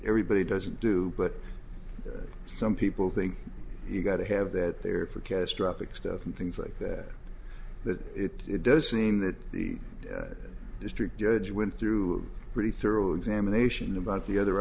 everybody doesn't do but some people think you've got to have that there for catastrophic stuff and things like that that it does seem that the district judge went through a pretty thorough examination about the other